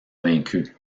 vaincu